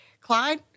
Clyde